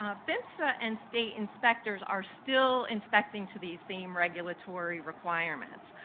ah phmsa and state inspectors are still inspecting to the same regulatory requirements.